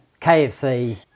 KFC